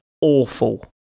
Awful